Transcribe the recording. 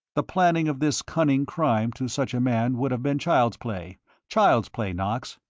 the planning of this cunning crime to such a man would have been child's play child's play, knox.